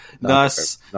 Thus